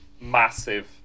massive